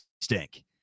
stink